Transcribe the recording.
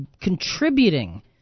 contributing